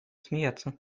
смеяться